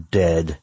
dead